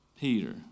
Peter